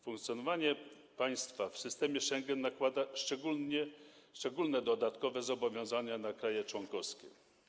Funkcjonowanie państwa w systemie Schengen nakłada szczególne dodatkowe zobowiązania na kraje członkowskie.